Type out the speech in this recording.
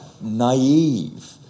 naive